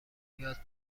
یاد